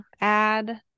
add